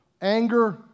Anger